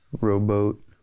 rowboat